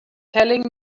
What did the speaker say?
telling